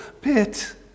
pit